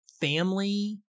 family